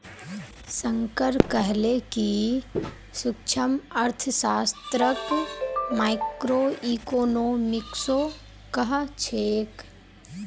शंकर कहले कि सूक्ष्मअर्थशास्त्रक माइक्रोइकॉनॉमिक्सो कह छेक